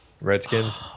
Redskins